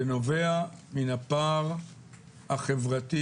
שנובע מן הפער החברתי